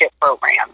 program